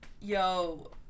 yo